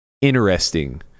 interesting